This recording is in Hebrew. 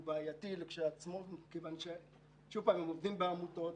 בעייתי לכשעצמו מכיוון שהם עובדים בעמותות,